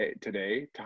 today